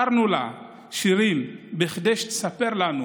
שרנו לה שירים כדי שתספר לנו